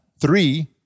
three